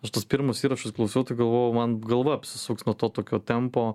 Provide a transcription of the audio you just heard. až tuos pirmus įrašus klausiau tai galvojau man galva apsisuks nuo to tokio tempo